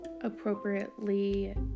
appropriately